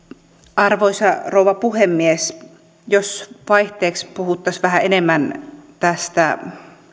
arvoisa rouva puhemies jos vaihteeksi puhuttaisiin vähän enemmän tästä